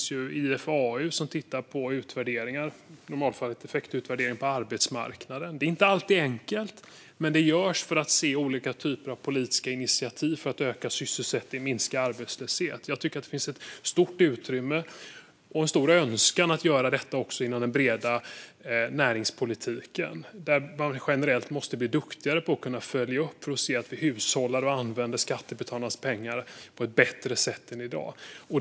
Där finns IFAU, som tittar på utvärderingar - i normalfallet effektutvärderingar - av arbetsmarknaden. Det är inte alltid enkelt, men det görs för att titta på olika typer av politiska initiativ för att öka sysselsättningen och minska arbetslösheten. Jag tycker att det finns ett stort utrymme för - och en stor önskan - att göra detta också inom den breda näringspolitiken, där man generellt måste bli duktigare på att följa upp för att se att vi hushållar med skattebetalarnas pengar och använder dem på ett bättre sätt än i dag.